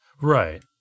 Right